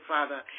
Father